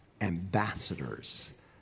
ambassadors